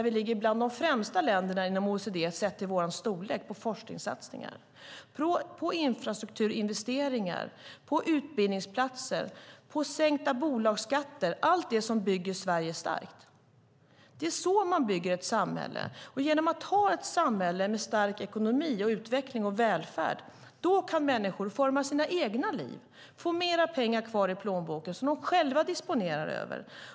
Vi ligger bland de främsta länderna inom OECD sett till vår storlek när det gäller forskningssatsningar. Det gäller också satsningar på infrastrukturinvesteringar, utbildningsplatser och sänkta bolagsskatter. Allt detta bygger Sverige starkt. Det är så man bygger ett samhälle. Genom att vi har ett samhälle med stark ekonomi, utveckling och välfärd kan människor forma sina egna liv och få mer pengar kvar i plånboken som de själva disponerar över.